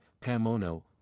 Pamono